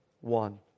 one